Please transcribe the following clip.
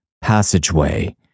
passageway